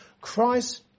Christ